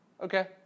Okay